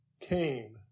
came